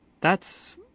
That's